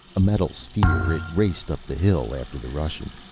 a metal sphere. it raced up the hill after the russian,